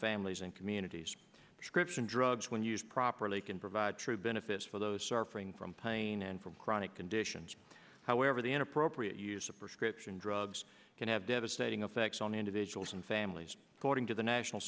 families and communities description drugs when used properly can provide true benefits for those surfing from pain and from chronic conditions however the inappropriate use of prescription drugs can have devastating effects on individuals and families boarding to the national